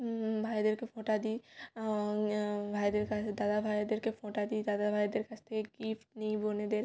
ভাইদেরকে ফোঁটা দিই ভাইদের কাছে দাদা ভাইদেরকে ফোঁটা দিই দাদা ভাইদের কাছ থেকে গিফ্ট নিই বোনেদের